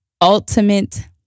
ultimate